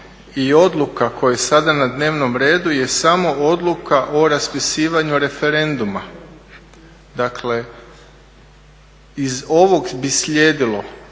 i odluka koja sada na dnevnom redu je samo Odluka o raspisivanju referenduma. Dakle iz ovog bi slijedilo